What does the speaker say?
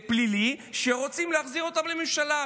פלילי, שרוצים להחזיר אותם לממשלה.